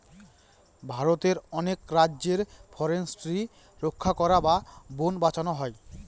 ভারতের অনেক রাজ্যে ফরেস্ট্রি রক্ষা করা বা বোন বাঁচানো হয়